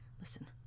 Listen